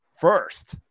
first